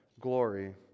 glory